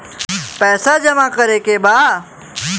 पैसा जमा करे के बा?